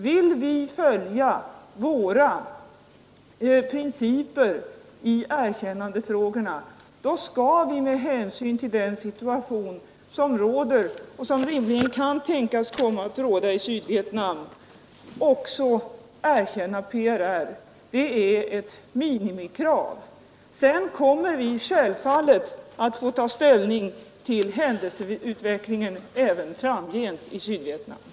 Vill vi följa våra principer i erkännandefrågorna skall vi, med hänsyn till den situation som råder och som rimligen kan tänkas komma att råda i Sydvietnam, också erkänna PRR. Det är ett minimikrav. Sedan kommer vi självfallet även framgent att få ta ställning till händelseutvecklingen i Sydvietnam.